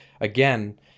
again